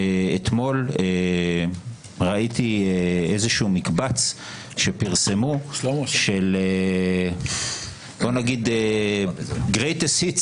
אתמול ראיתי איזשהו מקבץ שפרסמו של great assets